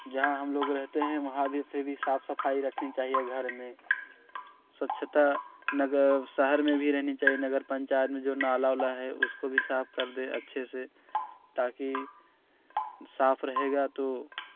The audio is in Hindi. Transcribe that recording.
जहाँ हम लोग रहते हैं वहाँ भी फिर भी साफ सफाई रखनी चाहिए घर में स्वच्छता नगर शहर में भी रहनी चाहिए नगर पंचायत में जो नाला वाला है उसको भी साफ़ कर दें अच्छे से ताकि साफ रहेगा तो